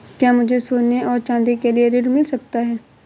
क्या मुझे सोने और चाँदी के लिए ऋण मिल सकता है?